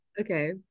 Okay